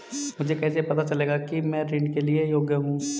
मुझे कैसे पता चलेगा कि मैं ऋण के लिए योग्य हूँ?